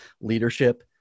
leadership